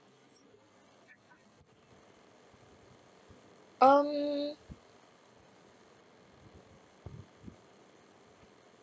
um